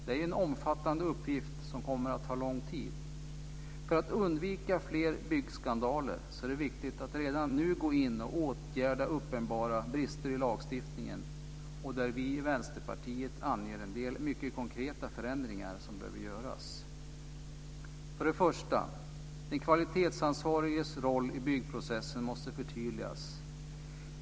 Det är en omfattande uppgift som kommer att ta lång tid. För att undvika fler byggskandaler är det viktigt att redan nu gå in och åtgärda uppenbara brister i lagstiftningen. Vi i Vänsterpartiet anger en del mycket konkreta förändringar som behöver göras. För det första: Den kvalitetsansvariges roll i byggprocessen måste förtydligas.